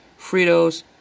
fritos